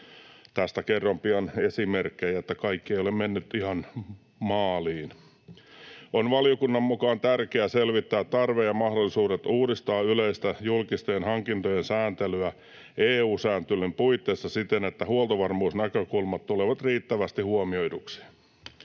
Tästä kerron pian esimerkkejä, että kaikki ei ole mennyt ihan maaliin. Valiokunnan mukaan ”on tärkeää selvittää tarve ja mahdollisuudet uudistaa yleistä julkisten hankintojen sääntelyä EU-sääntelyn puitteissa siten, että huoltovarmuusnäkökulmat tulevat riittävästi huomioiduiksi”.